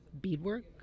beadwork